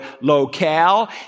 locale